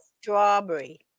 strawberry